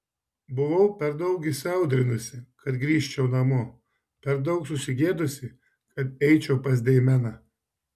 buvau per daug įsiaudrinusi kad grįžčiau namo per daug susigėdusi kad eičiau pas deimeną